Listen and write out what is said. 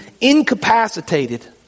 incapacitated